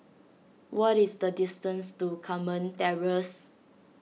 what is the distance to Carmen Terrace